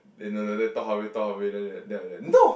then after that talk halfway talk halfway then after that then I like no